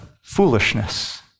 foolishness